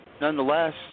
nonetheless